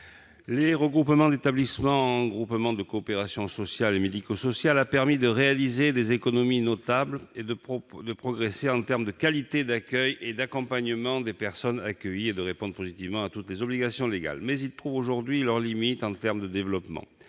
Les regroupements d'établissements en groupements de coopération sociale et médico-sociale ont permis de réaliser des économies notables, de progresser en termes de qualité d'accueil et d'accompagnement des personnes accueillies et de répondre positivement à toutes les obligations légales. Toutefois, ils trouvent aujourd'hui leurs limites en termes de développement.